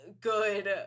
good